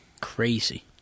Crazy